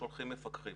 שולחים מפקחים.